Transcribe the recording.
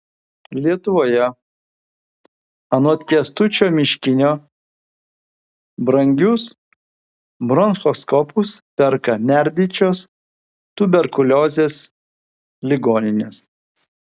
lietuvoje anot kęstučio miškinio brangius bronchoskopus perka merdinčios tuberkuliozės ligoninės